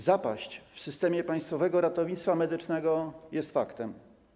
Zapaść w systemie Państwowego Ratownictwa Medycznego jest faktem.